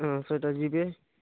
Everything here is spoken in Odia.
ହଁ ସେଇଟା ଯିବେ